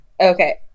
okay